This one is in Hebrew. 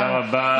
תודה רבה.